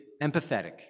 empathetic